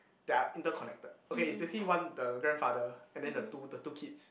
they are interconnected okay it's basically one the grandfather and then the two the two kids